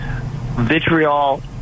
vitriol